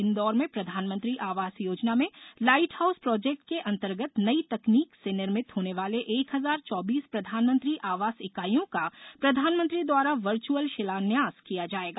इन्दौर में प्रधानमंत्री आवास योजना में लाईट हाउस प्रोजेक्ट के अंतर्गत नई तकनीकी से निर्मित होने वाले एक हजार चौबीस प्रधानमंत्री आवास इकाइयों का प्रधानमंत्री द्वारा वर्च्यअल शिलान्यास किया जावेगा